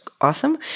awesome